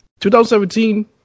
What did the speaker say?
2017